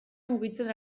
mugitzen